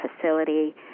facility